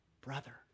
Brother